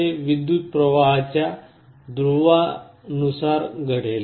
हे विद्युत प्रवाहाच्या ध्रुवयानुसार घडेल